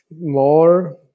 more